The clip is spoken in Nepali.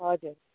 हजुर